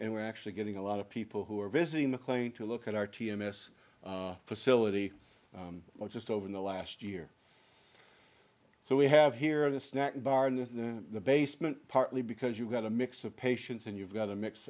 and we're actually getting a lot of people who are visiting mclean to look at our t m s facility just over the last year so we have here the snack bar in the basement partly because you've got a mix of patients and you've got a mix